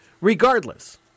regardless